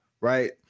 right